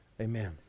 amen